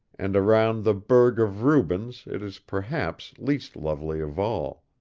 and around the burgh of rubens it is perhaps least lovely of all.